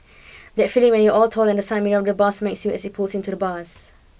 that feeling when you're all tall and the side mirror of the bus smacks you as it pulls into the bus